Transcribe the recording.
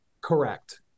correct